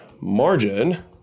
margin